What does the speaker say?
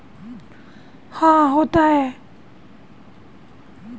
संदर्भ दर का प्रयोग समायोज्य दर बंधक होता है